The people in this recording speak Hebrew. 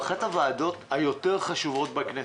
הוועדות היותר-חשובות בכנסת.